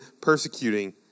persecuting